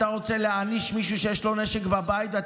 אתה רוצה להעניש מישהו שיש לו נשק בבית?